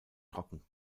trocken